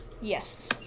Yes